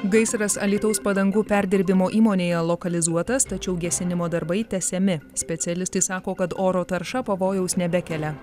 gaisras alytaus padangų perdirbimo įmonėje lokalizuotas tačiau gesinimo darbai tęsiami specialistai sako kad oro tarša pavojaus nebekelia